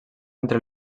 entre